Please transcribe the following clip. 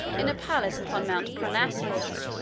in a palace upon mount parnassus,